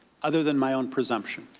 other than my own presumption.